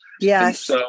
Yes